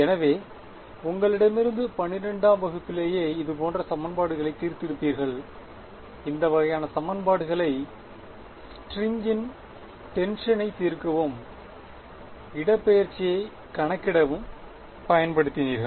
எனவே உங்களிடமிருந்து 12 ஆம் வகுப்பிலேயே இது போன்ற சமன்பாடுகளை தீர்த்துருப்பீர்கள் இந்த வகையான சமன்பாடுகளை ஸ்ட்ரிங்ன் டென்க்ஷனை தீர்க்கவும் இடப்பெயர்ச்சியைக் கணக்கிடவும் பயன்படுத்தினீர்கள்